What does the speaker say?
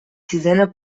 sisena